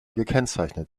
gekennzeichnet